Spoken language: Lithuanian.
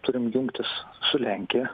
turim jungtis su lenkija